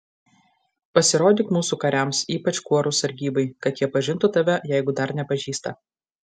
pasirodyk mūsų kariams ypač kuorų sargybai kad jie pažintų tave jeigu dar nepažįsta